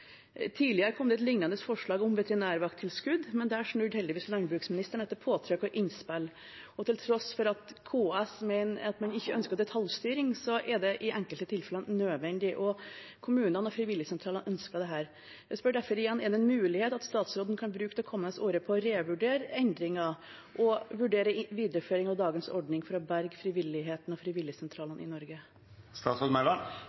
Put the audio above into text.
Tidligere kom det et lignende forslag om veterinærvakttilskudd, men der snudde heldigvis landbruksministeren etter påtrykk og innspill. Og til tross for at KS mener at man ikke ønsker detaljstyring, er det i enkelte tilfeller nødvendig, og kommunene og frivilligsentralene ønsker dette. Jeg spør derfor igjen: Er det en mulighet for at statsråden kan bruke det kommende året på å revurdere endringen og vurdere videreføring av dagens ordning for å berge frivilligheten og